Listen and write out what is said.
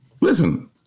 listen